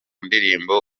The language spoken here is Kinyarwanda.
ndirimbo